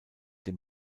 dem